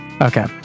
Okay